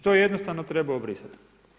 To jednostavno treba obrisati.